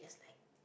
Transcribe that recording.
as like